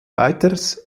weiters